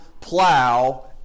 plow